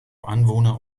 anwohner